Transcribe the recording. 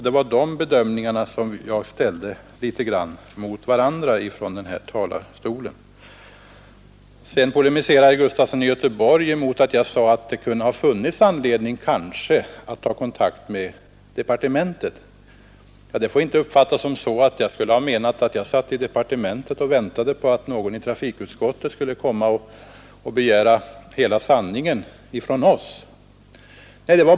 Det var dessa två bedömningar jag från den här talarstolen ställde mot varandra. Herr Gustafson i Göteborg polemiserade mot att jag sade att det kanske hade funnits anledning att ta kontakt med departementet. Det får inte uppfattas så att jag satt i departementet och väntade på att någon i trafikutskottet skulle komma och begära att få hela sanningen från oss.